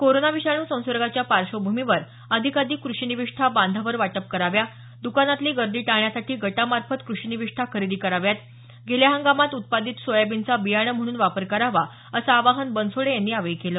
corona विषाणू संसर्गाच्या पार्श्वभूमीवर अधिकाधिक कृषी निविष्ठा बांधावर वाटप कराव्या दुकानातली गर्दी टाळण्यासाठी गटामार्फत कृषीनिविष्ठा खरेदी कराव्यात गेल्या हंगामात उत्पादित सोयाबीनचा बियाणं म्हणून वापर करावा असं आवाहन बनसोडे यांनी यावेळी केलं